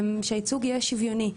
שהייצוג יהיה שיוויוני.